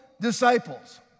disciples